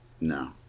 No